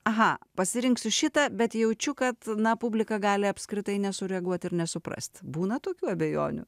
aha pasirinksiu šitą bet jaučiu kad na publika gali apskritai nesureaguoti ir nesuprasti būna tokių abejonių